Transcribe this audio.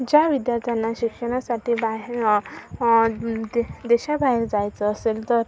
ज्या विद्यार्थ्यांना शिक्षणासाठी बाहेर दे देशाबाहेर जायचं असेल तर